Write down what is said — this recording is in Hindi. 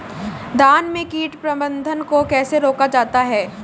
धान में कीट प्रबंधन को कैसे रोका जाता है?